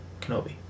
Kenobi